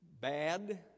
bad